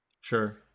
sure